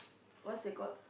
what's that called